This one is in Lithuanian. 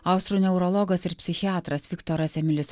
austrų neurologas ir psichiatras viktoras emilis